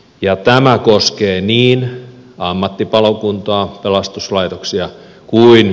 ja tämä koskee niin ammattipalokuntaa pelastuslaitoksia kuin